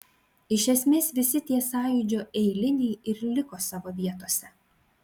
iš esmės visi tie sąjūdžio eiliniai ir liko savo vietose